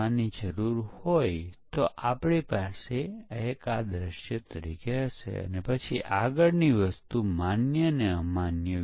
તે પણ ઘણીવાર ઉપયોગમાં આવે છે વેરિફિકેશન વિરુદ્ધ વેલીડેશન માન્યતા